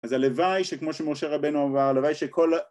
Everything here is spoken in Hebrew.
אז הלוואי שכמו שמשה רבנו אמר הלוואי שכל